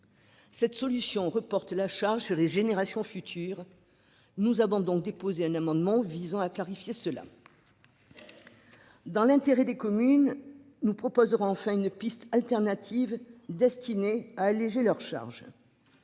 Cette solution reporte la charge sur les générations futures. Nous avons donc déposé un amendement visant à clarifier cela. Dans l'intérêt des communes. Nous proposerons enfin une piste alternative destinée à alléger leurs charges.